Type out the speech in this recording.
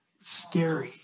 scary